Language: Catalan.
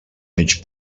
mig